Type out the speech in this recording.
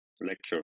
lecture